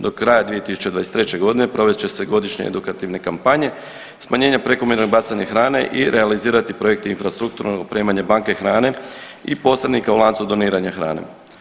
Do kraja 2023.g. provest će se godišnje edukativne kampanje smanjenje prekomjerno bacanje hrane i realizirati projekte infrastrukturnog opremanja banke hrane i posrednika u lancu doniranja hrane.